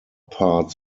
parts